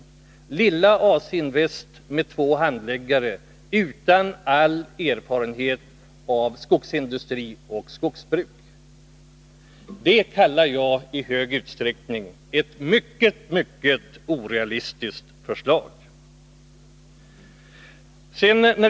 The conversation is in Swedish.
Att lilla AC-Invest med två handläggare utan all erfarenhet av skogsindustri och skogsbruk skulle gå in på detta område kallar jag ett mycket, mycket orealistiskt förslag!